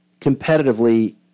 competitively